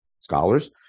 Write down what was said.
scholars